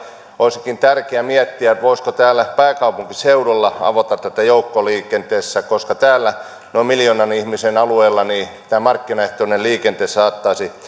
olisikin tärkeää miettiä voisiko täällä pääkaupunkiseudulla avata tätä joukkoliikenteessä koska täällä noin miljoonan ihmisen alueella tämä markkinaehtoinen liikenne saattaisi